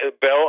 Bill